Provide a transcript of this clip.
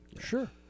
sure